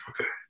okay